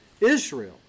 Israel